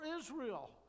israel